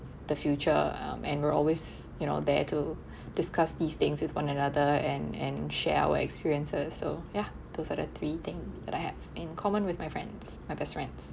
the future um and we're always you know there to discuss these things with one another and and share our experiences so ya those are the three things that I have in common with my friends my best friends